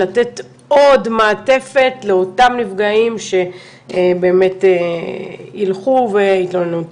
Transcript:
לתת עוד מעטפת לאותם נפגעים שבאמת ילכו ויתלוננו.